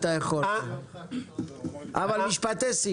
אתה יכול, אבל משפטי סיום.